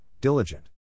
diligent